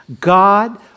God